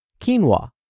quinoa